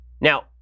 now